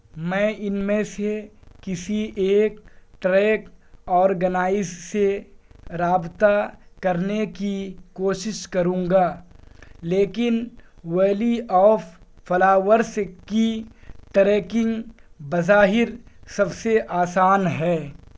میں ان میں سے کسی ایک ٹریک آرگنائز سے رابطہ کرنے کی کوشش کروں گا لیکن ویلی آف فلاورس کی ٹریکنگ بظاہر سب سے آسان ہے